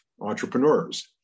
entrepreneurs